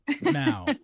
now